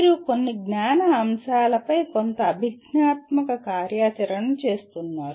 మీరు కొన్ని జ్ఞాన అంశాలపై కొంత అభిజ్ఞాత్మక కార్యాచరణను చేస్తున్నారు